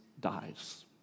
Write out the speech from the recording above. dies